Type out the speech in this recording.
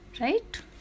right